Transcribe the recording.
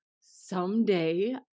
someday